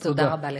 אז תודה רבה לך.